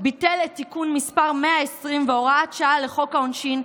ביטל את תיקון מס' 120 והוראת שעה לחוק העונשין,